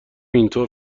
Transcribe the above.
اینطور